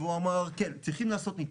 והוא אמר "כן, צריכים לעשות ניתוח".